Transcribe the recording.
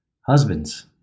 husbands